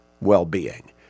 well-being